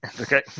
Okay